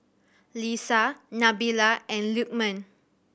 Lisa Nabila and Lukman